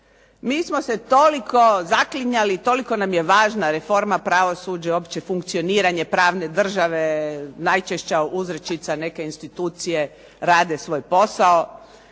Mi smo se toliko zaklinjali, toliko nam je važna reforma pravosuđa i uopće funkcioniranje pravne države, najčešća uzrečica neke institucije, rade svoj posao,